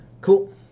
cool